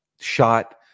shot